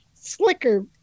slicker